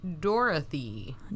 Dorothy